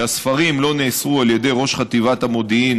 שהספרים לא נאסרו על ידי ראש חטיבת המודיעין